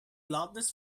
loudness